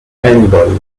anybody